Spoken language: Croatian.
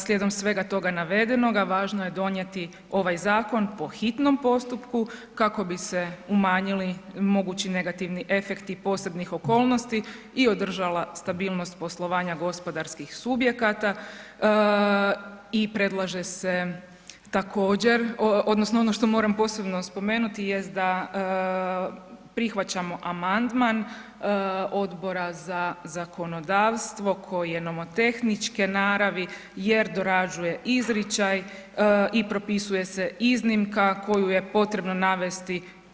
Slijedom svega toga navedenoga, važno je donijeti ovaj zakon po hitnom postupku kako bi se umanjili mogući negativni efekti posebnih okolnosti i održala stabilnost poslovanja gospodarskih subjekata i predlaže se također, odnosno ono što moram posebno spomenuti jest da prihvaćamo amandman Odbora za zakonodavstvo koji je nomotehničke naravi jer dorađuje izričaj i propisuje se iznimka koju je potrebno navesti.